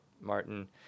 Martin